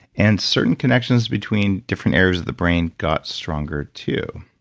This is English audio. and certain connections between different areas of the brain got stronger too